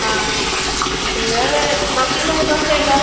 ആ ഇത് മസാലദോശ ഉണ്ടോ